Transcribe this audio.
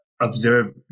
observe